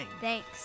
Thanks